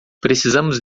precisamos